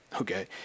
Okay